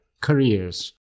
careers